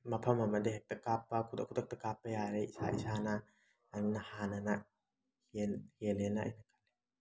ꯃꯐꯝ ꯑꯃꯗ ꯍꯦꯛꯇ ꯀꯥꯞꯄ ꯈꯨꯗꯛ ꯈꯨꯗꯛꯇ ꯀꯥꯞꯄ ꯌꯥꯔꯦ ꯏꯁꯥ ꯏꯁꯥꯅ ꯑꯗꯨꯅ ꯍꯥꯟꯅꯅ ꯍꯦꯜꯂꯦꯅ ꯑꯩꯅ ꯈꯜꯂꯤ